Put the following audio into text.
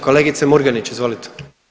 Kolegice Murganić, izvolite.